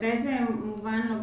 באיזה מובן?